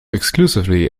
exclusively